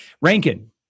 rankin